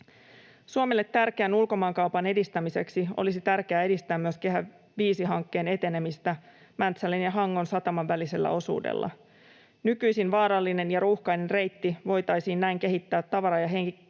Suomelle tärkeän ulkomaankaupan edistämiseksi olisi tärkeää edistää myös Kehä V ‑hankkeen etenemistä Mäntsälän ja Hangon sataman välisellä osuudella. Nykyisin vaarallinen ja ruuhkainen reitti voitaisiin näin kehittää tavara- ja henkilöliikenteen